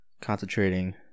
concentrating